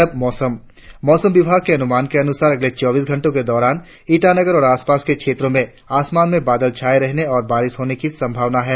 और अब मौसम मौसम विभाग के अनुमान के अनुसार अगले चौबीस घंटो के दौरान ईटानगर और आसपास के क्षेत्रो में आसमान में बादल छाये रहने और बारिश होने की संभावना है